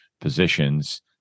positions